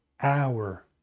hour